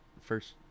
first